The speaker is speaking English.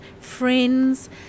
friends